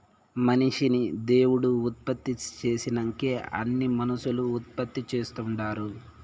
మనిషిని దేవుడు ఉత్పత్తి చేసినంకే అన్నీ మనుసులు ఉత్పత్తి చేస్తుండారు